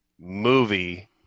movie